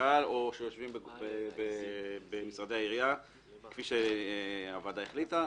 קהל שיושבים במשרדי העירייה כפי שהוועדה החליטה,